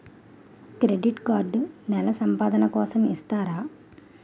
Credit card నెల సంపాదన కోసం ఇస్తారా?